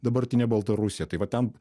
dabartinę baltarusiją tai va ten